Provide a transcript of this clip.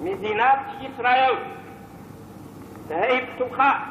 "מדינת ישראל תהא פתוחה